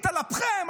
על אפכם,